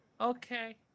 Okay